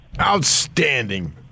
Outstanding